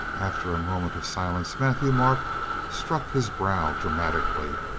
after a moment of silence matthieu-marc struck his brow dramatically.